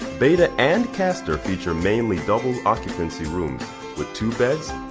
beta and castor feature mainly double occupancy rooms with two beds,